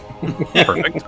Perfect